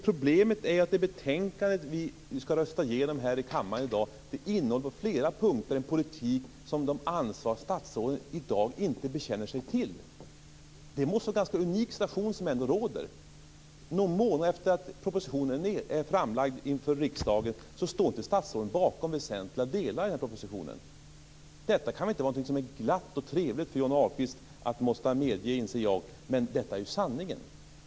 Problemet är att det betänkande vi skall rösta igenom här i kammaren i dag på flera punkter innehåller en politik som de ansvariga statsråden i dag inte bekänner sig till. Det måste vara en ganska unik situation som råder: Någon månad efter det att propositionen lagts fram för riksdagen står statsråden inte längre bakom väsentliga delar av den. Jag inser att detta inte kan vara glatt och trevligt för Johnny Ahlqvist att behöva medge, men det är sanningen.